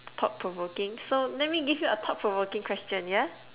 thought provoking so let me give you a thought provoking question yeah